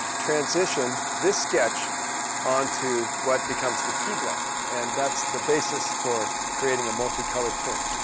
transition this sketch onto what becomes the key block, and that's the basis for creating a multi-colored print.